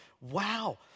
wow